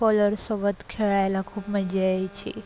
colour सोबत खेळायला खूप मज्जा यायची